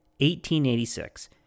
1886